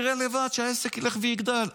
ואז בעצם אתה תראה לבד שהעסק ילך ויגדל.